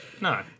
No